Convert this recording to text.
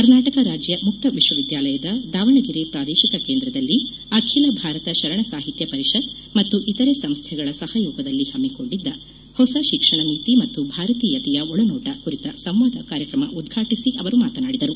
ಕರ್ನಾಟಕ ರಾಜ್ಯ ಮುಕ್ತ ವಿಶ್ವ ವಿದ್ಯಾಲಯದ ದಾವಣಗೆರೆ ಪ್ರಾದೇಶಿಕ ಕೇಂದ್ರದಲ್ಲಿ ಅಖಿಲ ಭಾರತ ಶರಣ ಸಾಹಿತ್ಯ ಪರಿಷತ್ ಮತ್ತು ಇತರೆ ಸಂಸ್ಥೆಗಳ ಸಹಯೋಗದಲ್ಲಿ ಹಮ್ಮಿಕೊಂಡಿದ್ದ ಹೊಸ ಶಿಕ್ಷಣ ನೀತಿ ಮತ್ತು ಭಾರತೀಯತೆಯ ಒಳನೋಟ ಕುರಿತ ಸಂವಾದ ಕಾರ್ಯಕ್ರಮ ಉದ್ವಾಟಿಸಿ ಅವರು ಮಾತನಾಡಿದರು